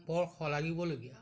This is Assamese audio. বৰ শলাগিবলগীয়া